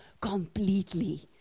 completely